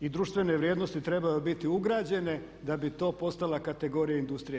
i društvene vrijednosti trebaju biti ugrađene da bi to postala kategorija industrije.